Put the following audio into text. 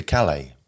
Calais